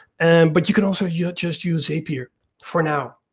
and but you can also yeah just use a peer for now.